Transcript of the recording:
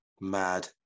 mad